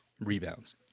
rebounds